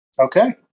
Okay